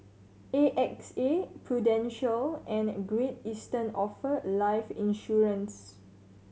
A X A Prudential and Great Eastern offer life insurance